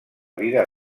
vida